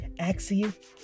Axie